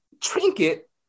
trinket